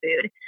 food